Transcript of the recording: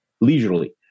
leisurely